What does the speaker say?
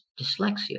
dyslexia